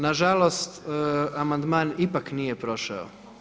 Na žalost amandman ipak nije prošao.